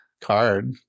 Card